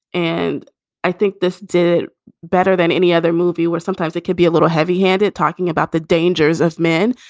and i think this did it better than any other movie where sometimes it could be a little heavy handed talking about the dangers of men.